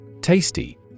Tasty